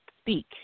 speak